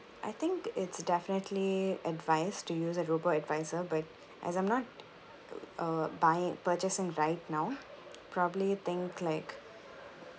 I think it's definitely advised to use a robo advisor but as I'm not err buying purchasing right now probably think like